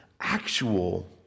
actual